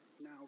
Now